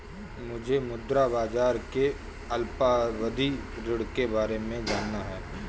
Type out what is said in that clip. मुझे मुद्रा बाजार के अल्पावधि ऋण के बारे में जानना है